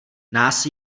nás